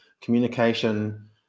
Communication